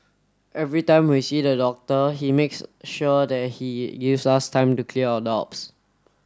every time we see the doctor he makes sure that he gives us time to clear our doubts